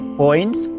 points